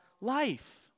life